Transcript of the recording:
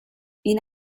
این